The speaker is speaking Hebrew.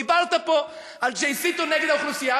דיברת פה על שהסיתו נגד האוכלוסייה,